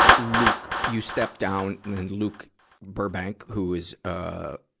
luke you stepped down and and luke burbank, who is, ah,